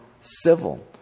civil